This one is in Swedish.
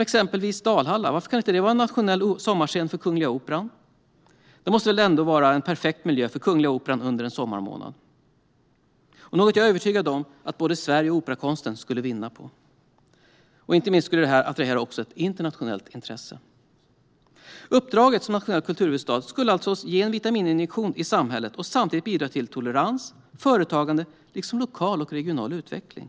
Exempelvis skulle Dalhalla kunna bli nationell sommarscen för Kungliga Operan. Det måste vara en perfekt miljö för Kungliga Operan under en sommarmånad. Jag är övertygad om att både Sverige och operakonsten skulle vinna på det. Inte minst skulle det attrahera ett internationellt intresse. Uppdraget som nationell kulturhuvudstad skulle alltså ge en vitamininjektion i samhället och samtidigt bidra till tolerans, företagande liksom lokal och regional utveckling.